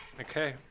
Okay